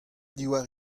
diwar